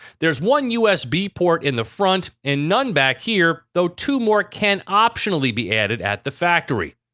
there's one usb port in the front and none back here though two more can optionally be added at the factory.